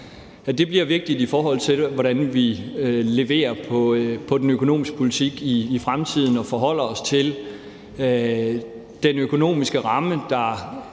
det bliver vigtigt, i forhold til hvordan vi leverer på den økonomiske politik i fremtiden og forholder os til den økonomiske ramme,